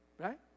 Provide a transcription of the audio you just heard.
right